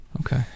Okay